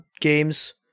games